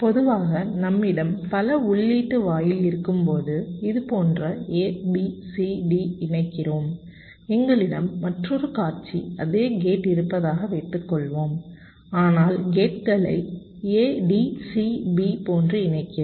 பொதுவாக நம்மிடம் பல உள்ளீட்டு வாயில் இருக்கும்போது இதுபோன்ற ABCD இணைக்கிறோம் எங்களிடம் மற்றொரு காட்சி அதே கேட் இருப்பதாக வைத்துக்கொள்வோம் ஆனால் கேட்களை ADCB போன்று இணைக்கிறோம்